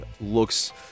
looks